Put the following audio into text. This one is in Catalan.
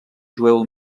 jueu